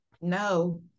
no